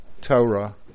Torah